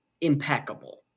impeccable